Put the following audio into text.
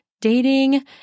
dating